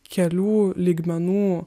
kelių lygmenų